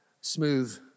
smooth